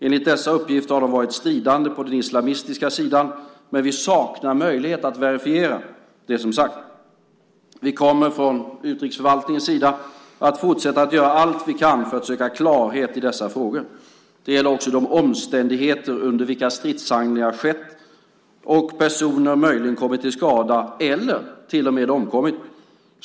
Enligt dessa uppgifter har de varit stridande på den islamistiska sidan, men vi saknar möjlighet att verifiera det som sagts. Vi kommer från utrikesförvaltningens sida att fortsätta göra allt vi kan för att söka klarhet i dessa frågor. Det gäller också de omständigheter under vilka stridshandlingar har skett och om personer möjligen har kommit till skada eller till och med omkommit.